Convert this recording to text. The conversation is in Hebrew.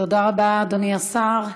תודה רבה, אדוני השר,